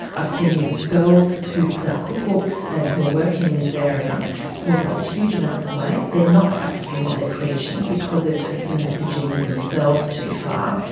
i've seen girls who've put out cookbooks and who are working in this area who have lost huge amounts of weight. they're not practising what they're preaching because they've taken the messaging themselves too far.